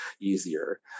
easier